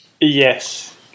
Yes